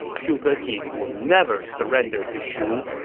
zhuge jin would never surrender to shu.